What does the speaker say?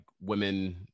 women